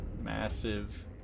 massive